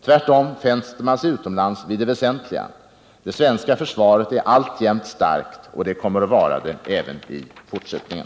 Tvärtom fäster man sig utomlands vid det väsentliga: det svenska försvaret är alltjämt starkt och kommer att vara det även i fortsättningen.